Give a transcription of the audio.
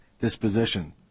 disposition